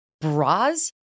bras